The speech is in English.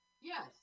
Yes